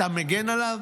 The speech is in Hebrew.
ואתה מגן עליו?